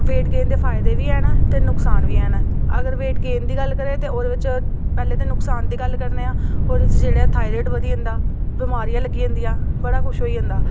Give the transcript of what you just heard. weight gain दे फयदे बी हैन ते नुकसान बी हैन अगर वेट गेन दी गल्ल करै ते ओह्दे बिच पैह्लें ते नुकसान दी गल्ल करने आं ओह्दे च जेह्ड़ा थाइरॉइड बधी जन्दा बमारियां लग्गी जंदियां बड़ा कुछ होई जन्दा